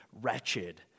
wretched